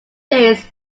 days